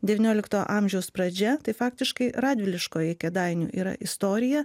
devyniolikto amžiaus pradžia tai faktiškai radviliškoji kėdainių yra istorija